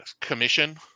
commission